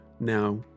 now